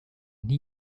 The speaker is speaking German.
nie